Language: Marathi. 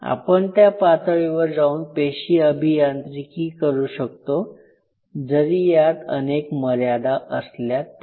आपण त्या पातळीवर जाऊन पेशी अभियांत्रिकी करू शकतो जरी यात अनेक मर्यादा असल्या तरी